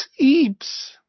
eeps